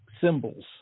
symbols